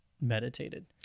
meditated